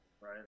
Right